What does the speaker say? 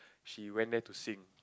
she went there to sing